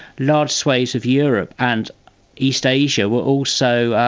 large swathes of europe and east asia were also